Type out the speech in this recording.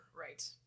Right